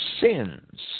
sins